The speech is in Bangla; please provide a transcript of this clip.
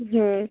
হুম